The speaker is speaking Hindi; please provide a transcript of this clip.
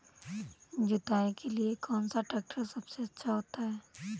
जुताई के लिए कौन सा ट्रैक्टर सबसे अच्छा होता है?